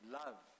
love